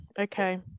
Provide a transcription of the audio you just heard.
okay